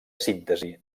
síntesi